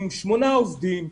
עם שמונה עובדים,